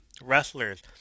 wrestlers